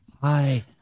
hi